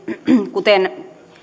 kuten